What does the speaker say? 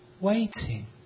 waiting